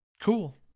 cool